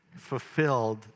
Fulfilled